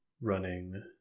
running